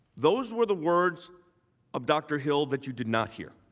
those were the words of dr. hill's that you did not hear.